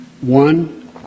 one